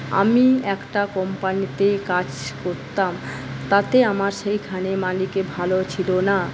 আমি একটা কোম্পানিতে কাজ করতাম তাতে আমার সেইখানে মালিক ভালো ছিলো না